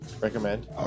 Recommend